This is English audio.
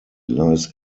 lies